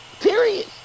Period